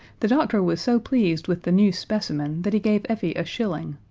the doctor was so pleased with the new specimen that he gave effie a shilling,